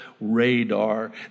radar